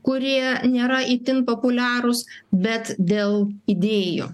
kurie nėra itin populiarūs bet dėl idėjų